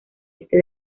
este